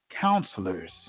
counselors